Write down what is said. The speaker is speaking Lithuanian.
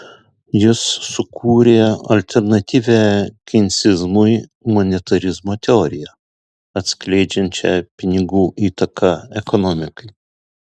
jis sukūrė alternatyvią keinsizmui monetarizmo teoriją atskleidžiančią pinigų įtaką ekonomikai